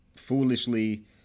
foolishly